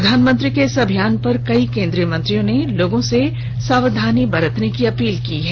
प्रधानमंत्री के इस अभियान पर कई केंद्रीय मंत्रियों ने लोगों से सावधानी बरतने की अपील की है